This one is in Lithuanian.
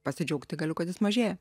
pasidžiaugti galiu kad jis mažėja